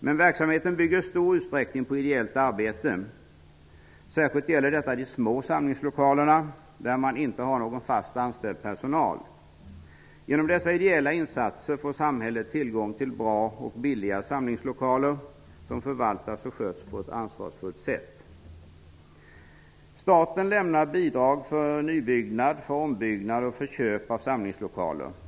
Men verksamheten bygger i stor utsträckning på ideellt arbete. Särskilt gäller detta de små samlingslokalerna där man inte har någon fast anställd personal. Genom dessa ideella insatser får samhället tillgång till bra och billiga samlingslokaler som förvaltas och sköts på ett ansvarsfullt sätt. Staten lämnar bidrag för nybyggnad, ombyggnad och köp av samlingslokaler.